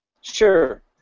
Sure